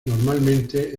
normalmente